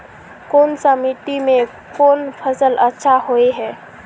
कोन सा मिट्टी में कोन फसल अच्छा होय है?